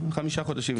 חמישה חודשים.